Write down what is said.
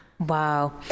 Wow